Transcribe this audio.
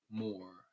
more